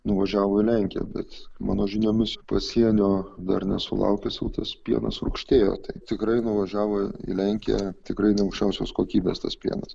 nuvažiavo į lenkiją bet mano žiniomis pasienio dar nesulaukęs jau tas pienas rūgštėjo tai tikrai nuvažiavo į lenkiją tikrai ne aukščiausios kokybės tas pienas